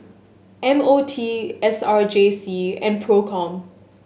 M O T S R J C and Procom